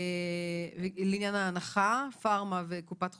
לעניין ההנחה, פארמה וקופת חולים,